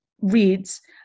reads